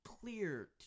clear